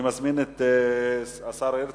חבר הכנסת טלב אלסאנע שאל את שר האוצר